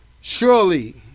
Surely